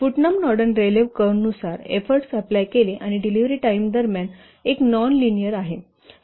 Putnam Norden Rayleigh curve नुसार efforts apply केले आणि डिलिव्हरी टाइम दरम्यान एक नॉन लिनिअर आहे